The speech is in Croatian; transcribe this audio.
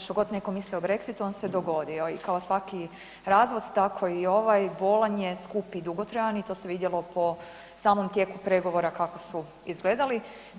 što god netko mislio o Brexitu, on se dogodio i kao svaki razvod, tako i ovaj, bolan je, skup i dugotrajan i to se vidjelo po samom tijeku pregovora kako su izgledali.